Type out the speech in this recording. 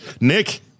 Nick